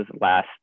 last